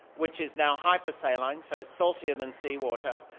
which is now hypersaline, so it's saltier than sea water,